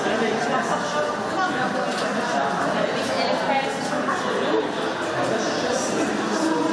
אין לנו סכרים על נהרות כמו בשווייץ או נורבגיה או כמו סכר הובר בארצות